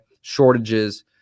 shortages